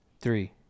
three